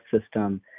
system